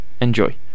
Enjoy